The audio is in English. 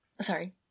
Sorry